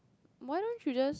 why don't you just